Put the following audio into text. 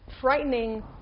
frightening